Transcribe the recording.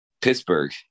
Pittsburgh